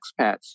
expats